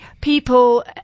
people